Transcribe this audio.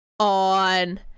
on